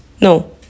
no